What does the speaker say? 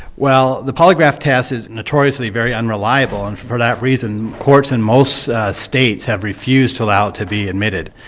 well the polygraph test is notoriously very unreliable and for that reason courts in most states have refused to allow it to be admitted.